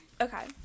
okay